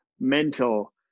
mental